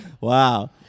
Wow